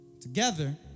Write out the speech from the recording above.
together